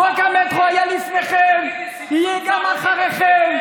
זה, חוק המטרו היה לפניכם ויהיה גם אחריכם.